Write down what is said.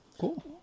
Cool